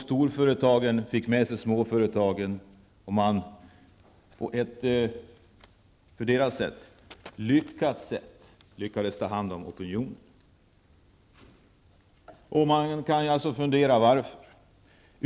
Storföretagen fick med sig småföretagen och lyckades ta hand om opinionen. Man kan fundera över varför det gick så.